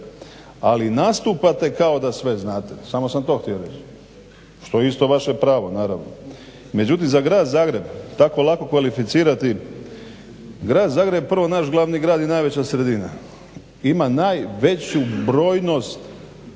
Ali nastupate kao da sve znate. Samo sam to htio reći što je isto vaše pravo, naravno. Međutim, za grad Zagreb tako lako kvalificirati. Grad Zagreb je prvo naš glavni grad i najveća sredina. Ima najveću brojnost